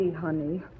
Honey